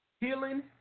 healing